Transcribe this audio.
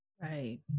Right